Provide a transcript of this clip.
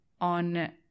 on